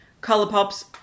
Colourpop's